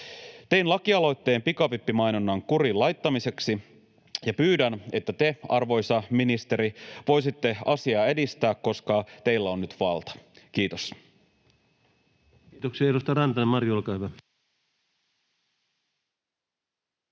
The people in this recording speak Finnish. Tein lakialoitteen pikavippimainonnan kuriin laittamiseksi, ja pyydän, että te, arvoisa ministeri, voisitte asiaa edistää, koska teillä on nyt valta. — Kiitos. Kiitoksia.